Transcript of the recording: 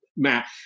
Matt